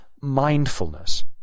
mindfulness